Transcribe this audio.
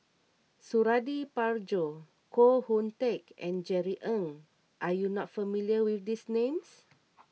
Suradi Parjo Koh Hoon Teck and Jerry Ng are you not familiar with these names